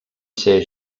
ser